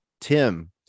Tim